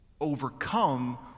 overcome